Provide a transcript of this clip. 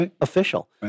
official